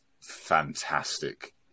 fantastic